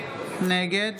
נגד